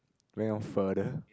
going off further